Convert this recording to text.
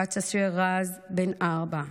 כץ אשר רז, בת ארבע,